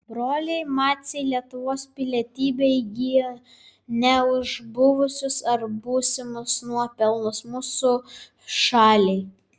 broliai maciai lietuvos pilietybę įgijo ne už buvusius ar būsimus nuopelnus mūsų šaliai